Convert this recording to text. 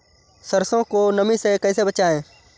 सरसो को नमी से कैसे बचाएं?